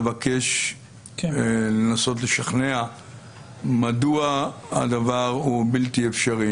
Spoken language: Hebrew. אבקש לנסות לשכנע מדוע הדבר הוא בלתי אפשרי.